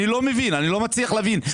אני לא מצליח להבין.